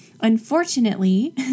Unfortunately